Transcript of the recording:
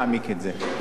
השר, אם אפשר?